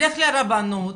תלך לרבנות,